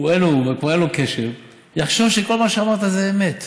כבר אין לו קשב, הוא יחשוב שכל מה שאמרת זה אמת.